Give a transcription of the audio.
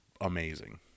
amazing